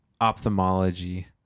ophthalmology